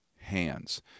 hands